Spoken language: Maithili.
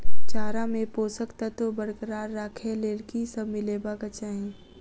चारा मे पोसक तत्व बरकरार राखै लेल की सब मिलेबाक चाहि?